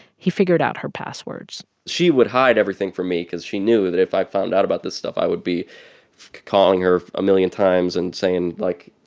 he figured out her passwords she would hide everything from me because she knew that if i found out about this stuff, i would be calling her a million times and saying, like,